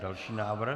Další návrh.